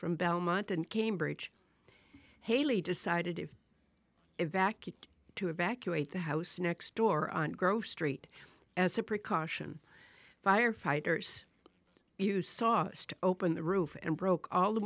from belmont and cambridge halley decided if evacuate to evacuate the house next door on gross street as a precaution firefighters you sauced open the roof and broke all the